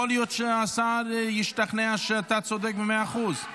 יכול להיות שהשר ישתכנע שאתה צודק במאה אחוז.